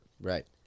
Right